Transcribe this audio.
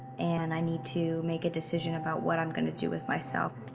and i need to make a decision about what i'm gonna do with myself,